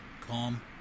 calm